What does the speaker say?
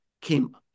came